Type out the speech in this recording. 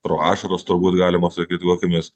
pro ašaras turbūt galima sakyt juokėmės